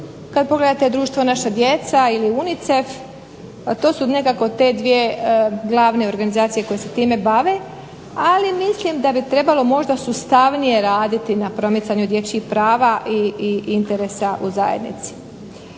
Kad pogledate društvo Naša djeca ili UNICEF, a to su nekako te dvije glavne organizacije koje se time bave, ali mislim da bi trebalo možda sustavnije raditi na promicanju dječjih prava i interesa u zajednici.